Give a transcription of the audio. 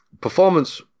Performance